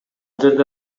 жерде